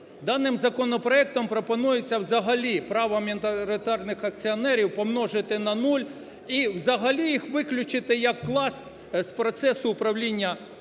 Даним законопроектом пропонується взагалі право міноритарних акціонерів помножити на нуль і взагалі їх виключити як клас з процесу управління акціонерним